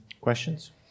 Questions